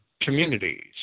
communities